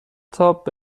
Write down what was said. تاپ